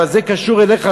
אבל זה קשור אליך,